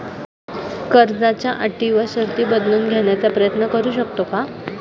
कर्जाच्या अटी व शर्ती बदलून घेण्याचा प्रयत्न करू शकतो का?